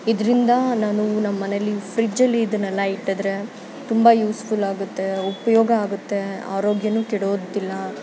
ಇದರಿಂದ ನಾನು ನಮ್ಮನೆಯಲ್ಲಿ ಫ್ರಿಜ್ಜಲ್ಲಿ ಇದನ್ನೆಲ್ಲ ಇಟ್ಟಿದ್ರೆ ತುಂಬ ಯೂಸ್ಫುಲ್ ಆಗುತ್ತೆ ಉಪಯೋಗ ಆಗುತ್ತೆ ಆರೋಗ್ಯನೂ ಕೆಡೋದಿಲ್ಲ